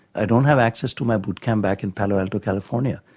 i don't have access to my boot camp back in palo alto, california,